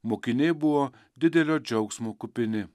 mokiniai buvo didelio džiaugsmo kupini